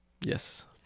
Yes